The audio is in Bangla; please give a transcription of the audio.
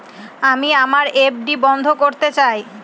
আমি আমার এফ.ডি বন্ধ করতে চাই